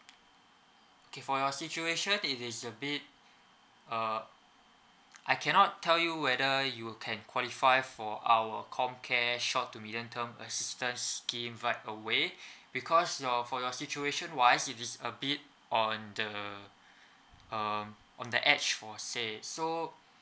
okay for your situation it is a bit uh I cannot tell you whether you can qualify for our comcare short to medium term assistant scheme right away because your for your situation wise it is a bit on the um on the edge for say so